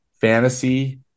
fantasy